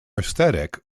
aesthetic